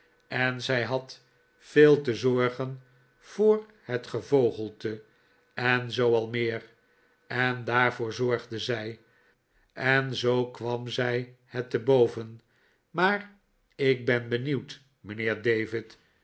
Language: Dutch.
en zij had veel te zorgen voor het gevogelte en zoo al meer en daarvoor zorgde zij en zoo kwam zij het te boven maar ik ben benieuwd mijnheer david